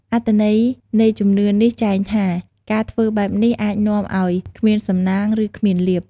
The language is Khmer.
អត្ថន័យនៃជំនឿនេះចែងថា ការធ្វើបែបនេះអាចនាំឲ្យ គ្មានសំណាង ឬ គ្មានលាភ។